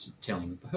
telling